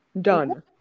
done